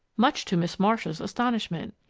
much to miss marcia's astonishment.